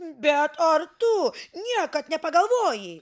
bet ar tu niekad nepagalvojai